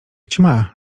ćma